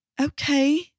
Okay